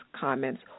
comments